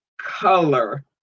color